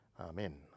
Amen